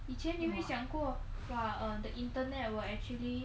以前你会想过 !wah! err the internet will actually